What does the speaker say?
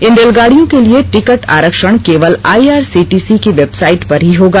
इन रेलगांडियों के लिए टिकट आरक्षण केवल आईआरसीटीसी की वेबसाइट पर ही होगा